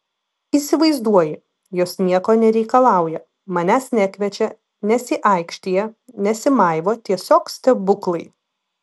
įsivaizduoji jos nieko nereikalauja manęs nekviečia nesiaikštija nesimaivo tiesiog stebuklai